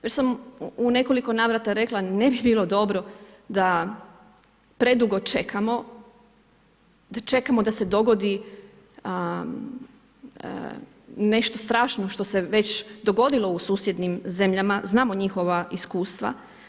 Već sam u nekoliko navrata rekla, ne bi bilo dobro da predugo čekamo, da čekamo da se dogodi nešto strašno što se već dogodilo u susjednim zemljama, znamo njihova iskustva.